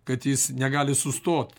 kad jis negali sustot